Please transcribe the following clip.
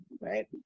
Right